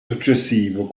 successivo